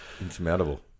Insurmountable